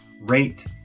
rate